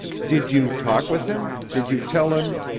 did you talk with him? did you tell him?